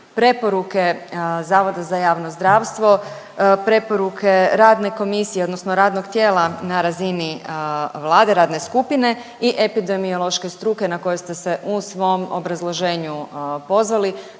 preporuke Zavoda za javno zdravstvo, preporuke radne komisije odnosno radnog tijela na razini Vlade i radne skupine i epidemiološke struke na koje ste se u svom obrazloženju pozvali